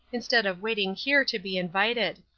instead of waiting here to be invited.